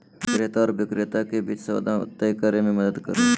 क्रेता आर विक्रेता के बीच सौदा तय करे में मदद करो हइ